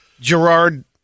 Gerard